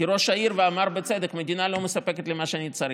כי ראש העיר אמר בצדק: המדינה לא מספקת לי מה שאני צריך,